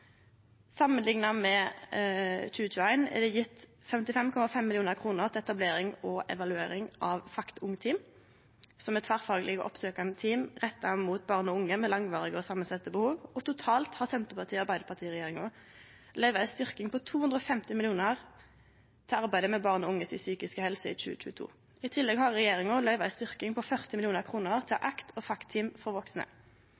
Samanlikna med 2021 er det gjeve 55,5 mill. kr til etablering og evaluering av FACT ung-team, som er tverrfaglege og oppsøkjande team retta mot barn og unge med langvarige og samansette behov, og totalt har Senterparti–Arbeidarparti-regjeringa løyvd ei styrking på 250 mill. kr til arbeidet med den psykiske helsa til barn og unge i 2022. I tillegg har regjeringa løyvd ei styrking på 40 mill. kr til